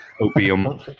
opium